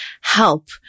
help